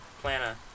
plana